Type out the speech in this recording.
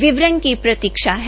विवरण का प्रतीक्षा है